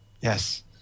Yes